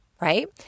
right